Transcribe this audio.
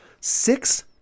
Six